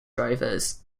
drivers